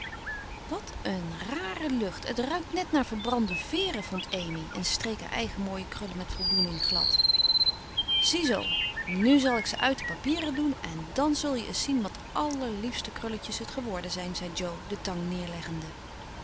wat een rare lucht het ruikt net naar verbrande veeren vond amy en streek hare eigen mooie krullen met voldoening glad ziezoo nu zal ik ze uit de papieren doen en dan zul je eens zien wat allerliefste krulletjes het geworden zijn zei jo de tang neerleggende